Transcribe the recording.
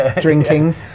drinking